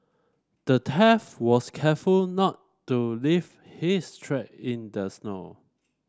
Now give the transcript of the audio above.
the thief was careful not to leave his track in the snow